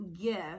gift